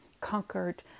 conquered